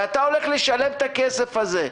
ואתה הולך לשלם את הכסף הזה,